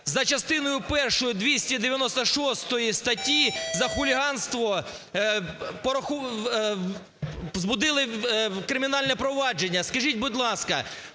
за частиною першою 296 статі за хуліганство збудили кримінальне провадження. Скажіть, будь ласка,